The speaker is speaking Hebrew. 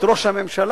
את ראש הממשלה.